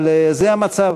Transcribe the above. זה המצב.